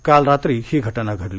काल रात्री ही घटना घडली